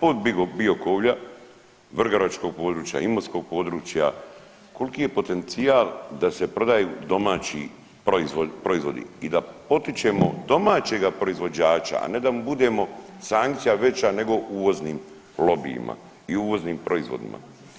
od Biokovlja, vrgoračkog područja, imotskog područja koliki je potencijal da se prodaju domaći proizvodi i da potičemo domaćega proizvođača, a ne da mu budemo sankcija veća nego uvoznim lobijima i uvoznim proizvodima.